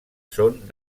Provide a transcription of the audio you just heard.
són